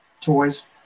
toys